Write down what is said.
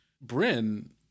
Bryn